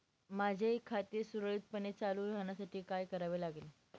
माझे खाते सुरळीतपणे चालू राहण्यासाठी काय करावे लागेल?